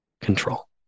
control